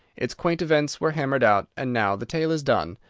its quaint events were hammered out and now the tale is done,